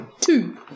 Two